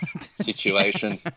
situation